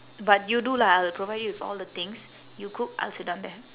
but you do lah I'll provide you with all the things you cook I'll sit down there